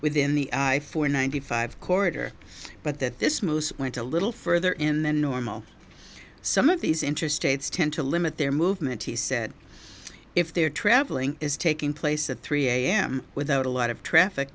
within the four ninety five corridor but that this moves went a little further in the normal some of these interstates tend to limit their movement he said if they're traveling is taking place at three am without a lot of traffic